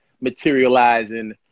materializing